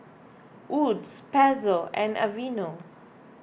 Wood's Pezzo and Aveeno